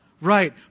right